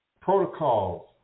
protocols